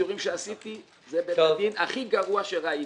מהסיורים שעשיתי זה בית הדין הכי גרוע שראיתי,